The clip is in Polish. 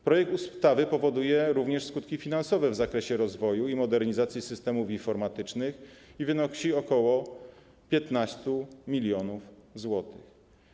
Projekt ustawy powoduje również skutki finansowe w zakresie rozwoju i modernizacji systemów informatycznych, które wynoszą ok. 15 mln zł.